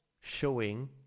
showing